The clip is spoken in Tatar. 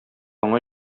аңа